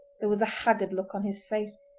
there was a haggard look on his face,